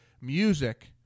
music